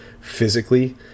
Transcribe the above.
physically